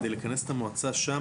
כדי לכנס את המועצה שם,